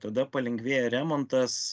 tada palengvėja remontas